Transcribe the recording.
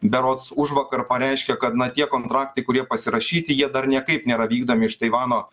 berods užvakar pareiškė kad na tie kontraktai kurie pasirašyti jie dar niekaip nėra vykdomi iš taivano